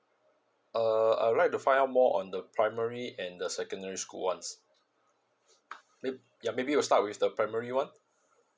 uh I would like to find out more on the primary and the secondary school ones mayb~ ya maybe we'll start with the primary one